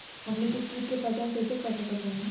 हमनी के कीट के पहचान कइसे कर सकत बानी?